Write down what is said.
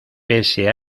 pese